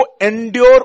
endure